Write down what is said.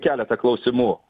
keletą klausimų